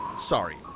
Sorry